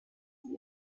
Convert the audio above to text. sie